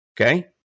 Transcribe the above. Okay